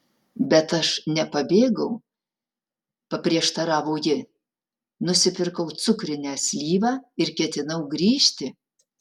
bet aš nepabėgau paprieštaravo ji nusipirkau cukrinę slyvą ir ketinau grįžti